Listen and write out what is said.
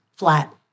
flat